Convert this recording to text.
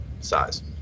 size